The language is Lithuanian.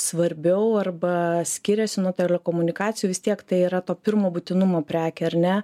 svarbiau arba skiriasi nuo telekomunikacijų vis tiek tai yra to pirmo būtinumo prekė ar ne